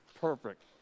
Perfect